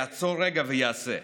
יעצור רגע ויעשה,